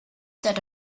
that